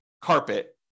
carpet